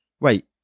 Wait